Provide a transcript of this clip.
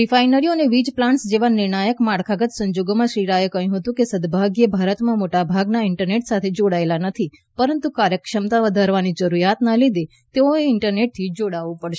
રિફાઈનરીઓ અને વીજ પ્લાન્ટ્સ જેવા નિર્ણાયક માળખાગત સંજોગોમાં શ્રી રાયે કહ્યું હતું કે સદભાગ્યે ભારતમાં મોટાભાગના ઇન્ટરનેટ સાથે જોડાયેલા નથી પરંતુ કાર્યક્ષમતા વધારવાની જરૂરિયાતને લીધે તેઓને ઇન્ટરનેટથી જોડાવું પડશે